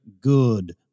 Good